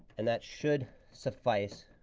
and that should suffice